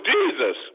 Jesus